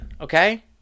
Okay